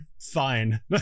fine